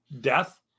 death